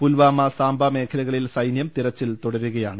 പുൽവാമ സാംബ മേഖലകളിൽ സൈനൃം തെരച്ചിൽ തുടരുകയാണ്